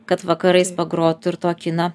kad vakarais pagroti ir tokį na